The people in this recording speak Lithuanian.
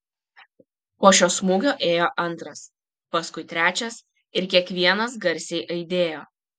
po šio smūgio ėjo antras paskui trečias ir kiekvienas garsiai aidėjo